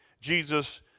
Jesus